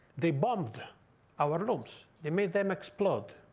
they bombed our looms. they made them explode.